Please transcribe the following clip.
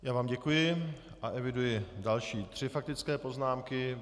Já vám děkuji a eviduji další tři faktické poznámky.